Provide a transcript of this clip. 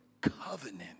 covenant